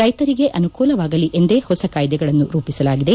ರೈತರಿಗೆ ಅನುಕೂಲವಾಗಲಿ ಎಂದೇ ಹೊಸ ಕಾಯ್ದೆಗಳನ್ನು ರೂಪಿಸಲಾಗಿದೆ